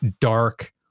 dark